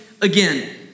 again